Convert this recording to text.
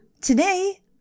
Today